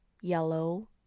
yellow